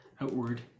outward